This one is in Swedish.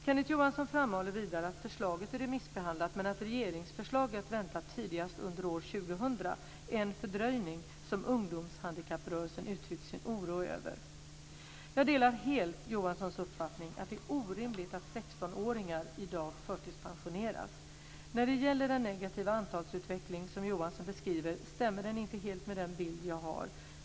Kenneth Johansson framhåller vidare att förslaget är remissbehandlat, men att ett regeringsförslag är att vänta tidigast under år 2000, en fördröjning som ungdomshandikapprörelsen uttryckt sin oro över. Jag delar helt Johanssons uppfattning att det är orimligt att 16-åringar i dag förtidspensioneras. Den negativa antalsutveckling som Johansson beskriver stämmer inte helt med den bild jag har.